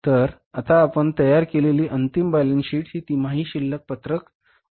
तर आता आपण तयार केलेली अंतिम बॅलन्सशीट ही तिमाही शिल्लक पत्रक आहे